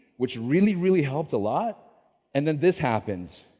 which really really helped a lot and then this happens.